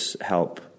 help